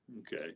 Okay